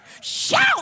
shout